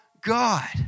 God